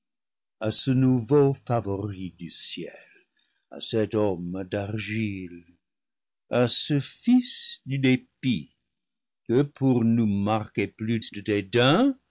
à ce nouveau favori du ciel à cet homme d'argile à ce fils du dépit que pour nous mar quer plus de